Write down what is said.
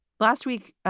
last week,